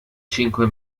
cinque